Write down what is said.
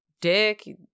dick